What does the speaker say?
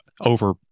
over